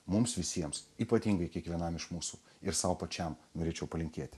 mums visiems ypatingai kiekvienam iš mūsų ir sau pačiam norėčiau palinkėti